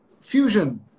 fusion